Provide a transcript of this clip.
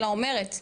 אלא אומרת,